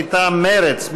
מטעם מרצ.